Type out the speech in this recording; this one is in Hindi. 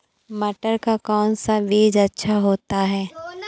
मटर का कौन सा बीज अच्छा होता हैं?